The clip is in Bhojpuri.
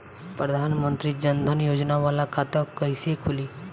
प्रधान मंत्री जन धन योजना वाला खाता कईसे खुली?